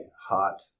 hot